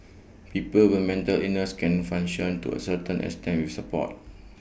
people with mental illness can function to A certain extent with support